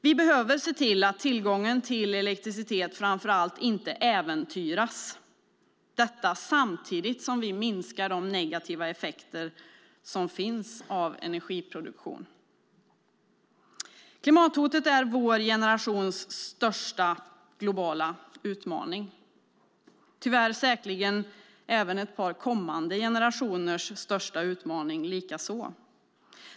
Vi behöver se till att tillgången till elektricitet inte äventyras samtidigt som vi minskar de negativa effekterna av energiproduktion. Klimathotet är vår generations största globala utmaning - tyvärr säkerligen också ett par kommande generationers största utmaning.